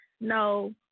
no